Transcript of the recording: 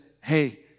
hey